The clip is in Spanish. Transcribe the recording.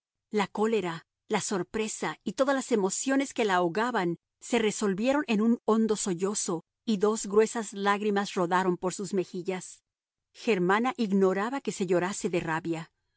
la cólera la sorpresa y todas las emociones que la ahogaban se resolvieron en un hondo sollozo y dos gruesas lágrimas rodaron por sus mejillas germana ignoraba que se llorase de rabia